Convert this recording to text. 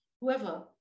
whoever